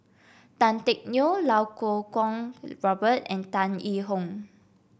Tan Teck Neo Iau Kuo Kwong and Tan Yee Hong